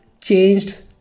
changed